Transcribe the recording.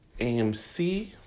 AMC